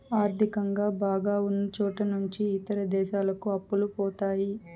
ఆర్థికంగా బాగా ఉన్నచోట నుంచి ఇతర దేశాలకు అప్పులు పోతాయి